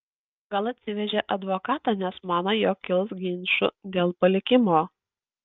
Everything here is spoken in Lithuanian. gal atsivežė advokatą nes mano jog kils ginčų dėl palikimo